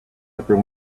upper